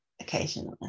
Occasionally